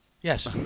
Yes